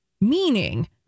Meaning